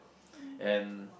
and